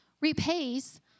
repays